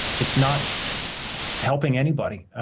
it's not helping anybody,